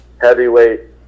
heavyweight